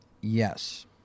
Yes